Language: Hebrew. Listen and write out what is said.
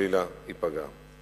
וחלילה ייפגע.